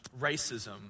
racism